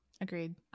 Agreed